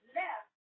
left